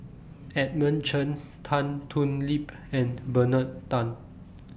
Edmund Chen Tan Thoon Lip and Bernard Tan